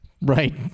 right